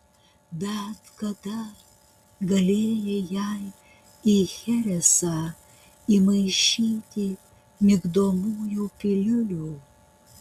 bet kada galėjai jai į cheresą įmaišyti migdomųjų piliulių